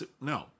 no